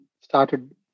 started